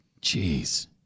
Jeez